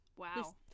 Wow